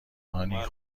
هانی